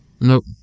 Nope